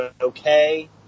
okay